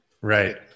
right